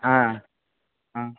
ஆ ஆ